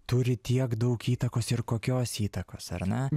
turi tiek daug įtakos ir kokios įtakos ar ne